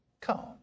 come